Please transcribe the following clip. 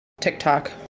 TikTok